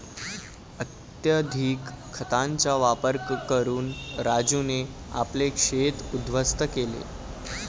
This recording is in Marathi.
अत्यधिक खतांचा वापर करून राजूने आपले शेत उध्वस्त केले